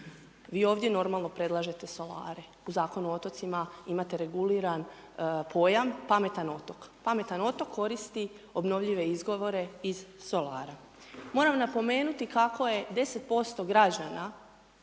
Vi ovdje normalno predlažete solare, u Zakonu o otocima imate reguliran pojam pametan otok. Pametan otok koristi obnovljive izvore iz solara. Moram napomenuti kako je 10% građana,